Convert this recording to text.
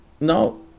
no